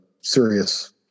serious